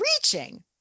reaching